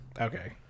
Okay